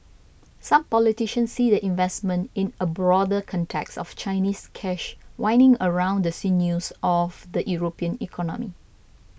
some politicians see the investment in a broader context of Chinese cash winding around the sinews of the European economy